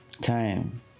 Time